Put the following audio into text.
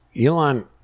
Elon